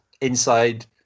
Inside